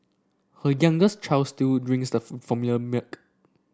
her youngest child still drinks the for formula milk